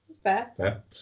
Fair